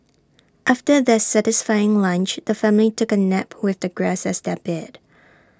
after their satisfying lunch the family took A nap with the grass as their bed